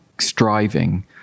striving